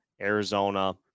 Arizona